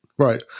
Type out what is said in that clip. Right